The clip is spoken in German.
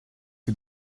wie